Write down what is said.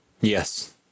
Yes